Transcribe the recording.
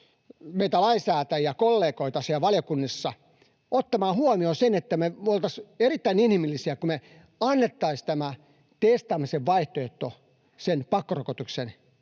meitä lainsäätäjiä, kollegoita siellä valiokunnissa, ottamaan huomioon sen, että me oltaisiin erittäin inhimillisiä, kun me annettaisiin tämä testaamisen vaihtoehto pakkorokotuksen